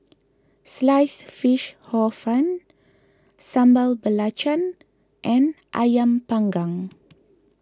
Sliced Fish Hor Fun Sambal Belacan and Ayam Panggang